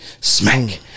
smack